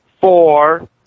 four